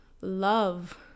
love